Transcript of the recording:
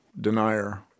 denier